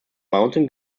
mountain